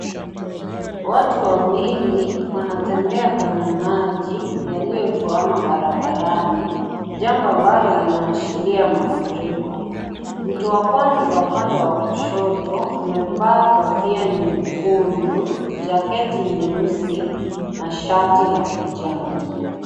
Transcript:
Watu wawili wanatembea kwenye maji yaliyotwama barabarani jambo ambalo linaashiria mafuriko, mtu wa kwanza upande wa kushoto amevaa kofia nyekundu, jaketi nyeusi na shati la kijani.